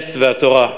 הארץ והתורה.